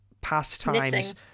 pastimes